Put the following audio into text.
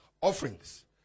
offerings